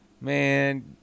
man